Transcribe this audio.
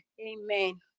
amen